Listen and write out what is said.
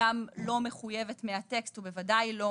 גם לא מחויבת מהטקסט ובוודאי לא